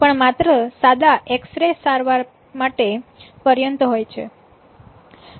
પણ માત્ર સાદા એકસ રે સારવાર માટે પર્યંત હોય છે